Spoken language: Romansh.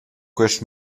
quest